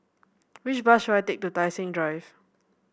which bus should I take to Tai Seng Drive